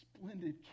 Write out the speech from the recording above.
splendid